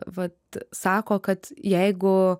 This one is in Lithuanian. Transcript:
vat sako kad jeigu